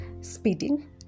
speeding